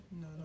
no